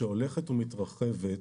שהולכת ומתרחבת,